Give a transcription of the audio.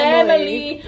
Family